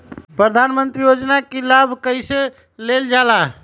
प्रधानमंत्री योजना कि लाभ कइसे लेलजाला?